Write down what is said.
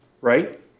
right